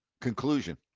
conclusion